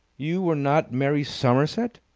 you were not mary somerset?